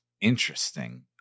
Interesting